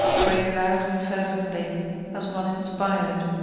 prayed loud and fervently as one inspired,